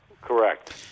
Correct